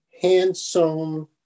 hand-sewn